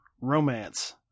romance